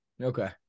Okay